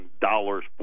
dollars